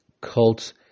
cult